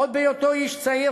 עוד בהיותו איש צעיר,